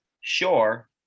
sure